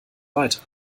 weiter